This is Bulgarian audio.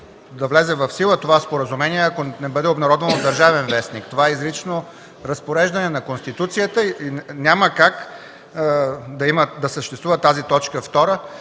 да влезе в сила, ако не бъде обнародвано в „Държавен вестник”. Това е изрично разпореждане на Конституцията и няма как да съществува тази точка втора.